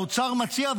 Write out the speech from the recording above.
האוצר מציע,